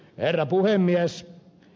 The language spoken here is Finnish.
herra puhemies